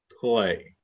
play